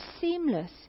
seamless